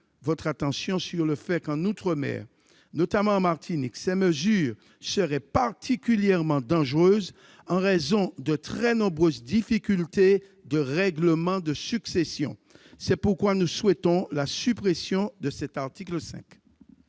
votre attention sur le fait qu'en outre-mer, et notamment à la Martinique, ces mesures seraient particulièrement dangereuses en raison de très nombreuses difficultés de règlement des successions. C'est pourquoi nous souhaitons la suppression de l'article 5